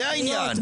זה העניין.